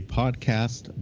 podcast